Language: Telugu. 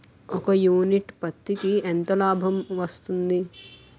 ఒక యూనిట్ పత్తికి ఎంత లాభం వస్తుంది?